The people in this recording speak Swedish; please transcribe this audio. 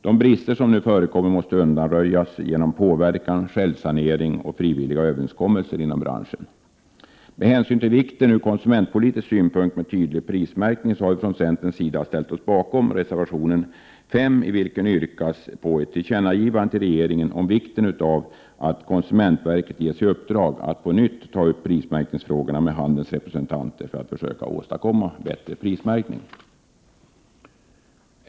De brister som nu förekommer måste undanröjas genom påverkan, självsanering och frivilliga överenskommelser inom branschen. Med hänsyn till vikten från konsumentpolitisk synpunkt av tydlig prismärkning har vi från centerns sida ställt oss bakom reservation 5 i vilken yrkas på ett tillkännagivande till regeringen om vikten av att konsumentverket ges i uppdrag att på nytt ta upp prismärkningsfrågorna med handelns representanter för att söka åstadkomma bättre prismärkning.